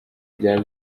rya